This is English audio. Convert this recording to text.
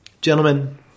gentlemen